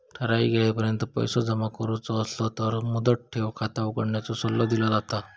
ठराइक येळेपर्यंत पैसो जमा करुचो असलो तर मुदत ठेव खाता उघडण्याचो सल्लो दिलो जाता